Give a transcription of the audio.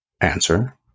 answer